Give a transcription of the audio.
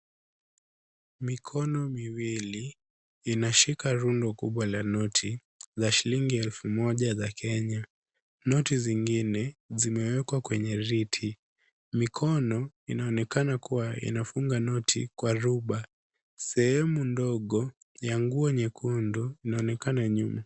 Mikono miwili, inashika rundo kubwa la noti, la shilingi elfu moja za Kenya. Noti zingine zimewekwa kwenye riti. Mikono inaonekana kuwa inafunga noti kwa ruba. Sehemu ndogo ya nguo nyekundu inaonekana nyuma.